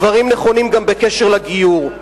הדברים נכונים גם בקשר לגיור.